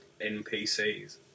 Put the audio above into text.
NPCs